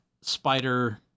spider